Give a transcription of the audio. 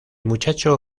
muchacho